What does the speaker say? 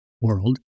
world